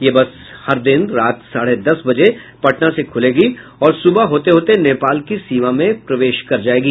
यह बस हर दिन रात साढ़े दस बजे पटना से खुलेगी और सुबह होते होते नेपाल की सीमा में प्रवेश कर जायेगी